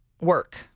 work